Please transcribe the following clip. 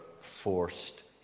forced